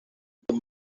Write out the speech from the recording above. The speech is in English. the